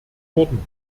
wurden